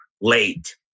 late